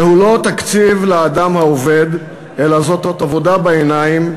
זהו לא תקציב לאדם העובד, אלא זאת עבודה בעיניים.